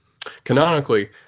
canonically